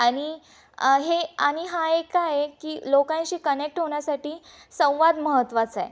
आणि हे आणि हा एक आहे की लोकांशी कनेक्ट होण्यासाठी संवाद महत्त्वाचा आहे